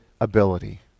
ability